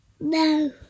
No